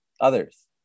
Others